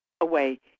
away